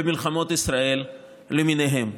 במלחמות ישראל למיניהן.